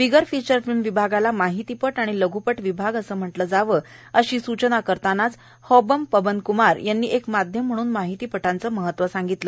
बिगर feature film विभागाला माहितीपट आणि लघ्पट विभाग असे म्हटले जावे अशी सूचना करतानाचा हौबम पबन कुमार यांनी एक माध्यम म्हणून माहितीपटांचे महत्व सांगितले